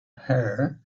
her